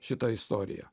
šitą istoriją